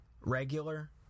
regular